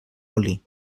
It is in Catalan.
oli